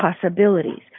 possibilities